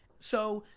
so,